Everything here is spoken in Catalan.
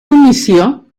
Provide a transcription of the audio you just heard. comissió